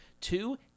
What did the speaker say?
Two